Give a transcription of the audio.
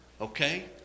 okay